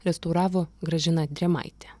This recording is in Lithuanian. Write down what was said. restauravo gražina drėmaitė